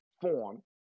form